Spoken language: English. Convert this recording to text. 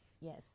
Yes